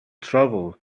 travel